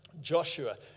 Joshua